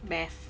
math